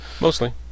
Mostly